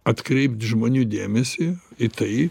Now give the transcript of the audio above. atkreipt žmonių dėmesį į tai